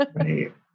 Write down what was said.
Right